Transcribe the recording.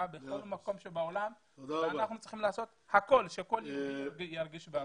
בכל מקום שבעולם ואנחנו צריכים לעשות הכול שכל יהודי ירגיש בבית.